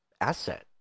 asset